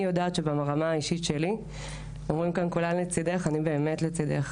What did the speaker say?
אומרים כאן, כולן לצידך אני באמת לצידך.